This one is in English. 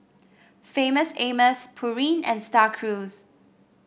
Famous Amos Pureen and Star Cruise